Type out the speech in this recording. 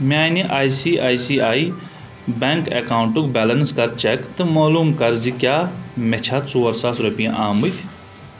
میانہِ I C I C I bank اکاونٹُک balance کَر چیک تہٕ معلوٗم کَر زِ کیٛاہ مےٚ چھےٚ ژور ساس رۄپیہِ آمٕتۍ